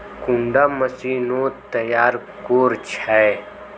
कुंडा मशीनोत तैयार कोर छै?